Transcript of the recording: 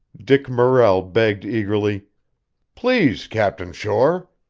dick morrell begged eagerly please, captain shore.